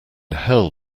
hell